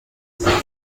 wir